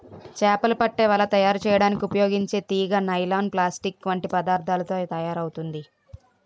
చేపలు పట్టే వల తయారు చేయడానికి ఉపయోగించే తీగ నైలాన్, ప్లాస్టిక్ వంటి పదార్థాలతో తయారవుతుంది